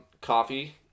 coffee